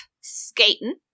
skating